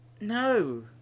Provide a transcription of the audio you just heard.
No